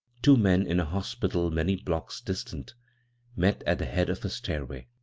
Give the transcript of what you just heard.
two men in a hospital many blocks distant met at the head of a stairway.